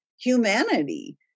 humanity